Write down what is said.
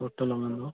photo लॻंदो